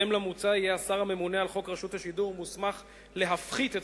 מוצע כי השר הממונה על חוק רשות השידור יהיה מוסמך להפחית את